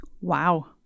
Wow